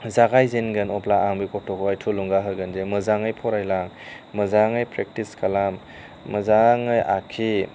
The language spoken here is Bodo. जागायजेनगोन अब्ला आं बे गथ'खौहाय थुलुंगा होगोन जे मोजाङै फरायलां मोजाङै प्रेक्टिस खालाम मोजाङै आखि